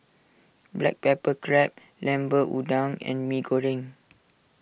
Black Pepper Crab Lemper Udang and Mee Goreng